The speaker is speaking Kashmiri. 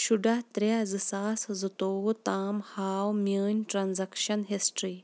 شُراہ ترٛےٚ زٕ ساس زٕتوٚوُہ تام ہاو میٛٲنۍ ٹرٛانزَکشَن ہِسٹرٛی